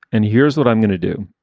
and here's what i'm gonna do.